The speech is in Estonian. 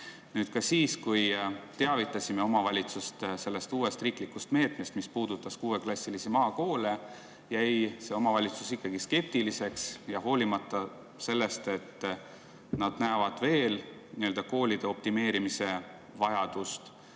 Aga ka siis, kui me teavitasime omavalitsust sellest uuest riiklikust meetmest, mis puudutab 6-klassilisi maakoole, jäi omavalitsus ikkagi skeptiliseks. Hoolimata sellest, et nad näevad nii-öelda koolide optimeerimise vajadust,